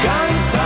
Ganz